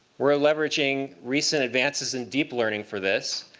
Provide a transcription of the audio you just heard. we're leveraging recent advances in deep learning for this.